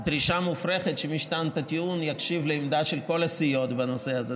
הדרישה המופרכת שמי שטען את הטיעון יקשיב לעמדה של כל הסיעות בנושא הזה.